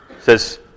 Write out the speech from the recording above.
says